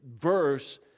verse